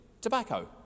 tobacco